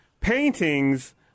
paintings